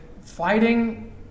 fighting